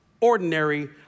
ordinary